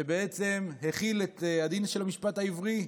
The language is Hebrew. שבעצם החיל את הדין של המשפט העברי,